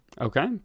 Okay